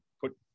put